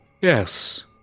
Yes